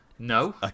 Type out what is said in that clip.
No